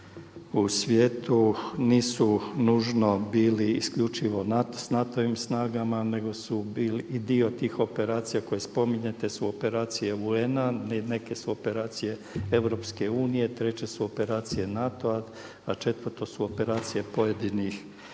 u svijetu nisu nužno bili isključivo sa NATO-vim snagama nego su bili i dio tih operacija koje spominjete su operacije UN-a. Neke su operacije EU, treće su operacije NATO-a a četvrto su operacije pojedinih